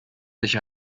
sich